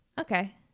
okay